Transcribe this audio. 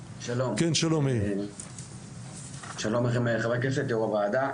שלום לכם חברי הכנסת, יו"ר הוועדה.